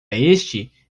este